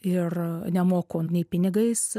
ir nemoku nei pinigais